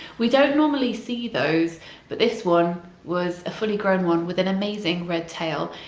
we don't normally see those but this one was a fully grown one with an amazing red tail,